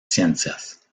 ciencias